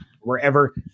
wherever